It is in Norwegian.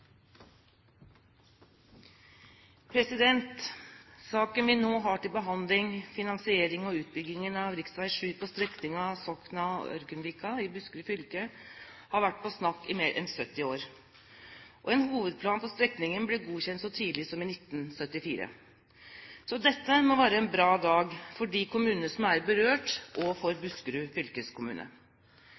Saken vi nå har til behandling, finansiering og utbygging av rv. 7 på strekningen Sokna–Ørgenvika i Buskerud fylke, har vært på snakk i mer enn 70 år. En hovedplan for strekningen ble godkjent så tidlig som i 1974. Så dette må være en bra dag for de kommunene som er berørt, og for Buskerud fylkeskommune.